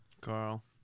Carl